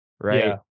right